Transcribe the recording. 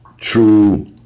true